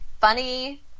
funny